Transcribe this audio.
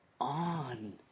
on